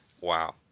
Wow